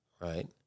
right